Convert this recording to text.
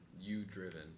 you-driven